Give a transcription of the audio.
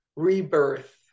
rebirth